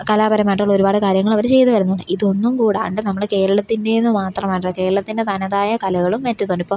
കലാപരമായിട്ടുള്ള ഒരുപാട് കാര്യങ്ങളവർ ചെയ്ത് വരുന്നു ഇതൊന്നും കൂടാണ്ട് നമ്മൾ കേരളത്തിന്റേതു മാത്രമായിട്ട് കേരളത്തിൻ്റെ തനതായ കലകളും വരുത്തുന്നുണ്ടിപ്പോൾ